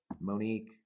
monique